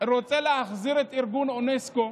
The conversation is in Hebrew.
רוצה להחזיר את ארגון אונסק"ו,